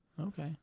Okay